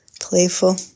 playful